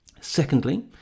Secondly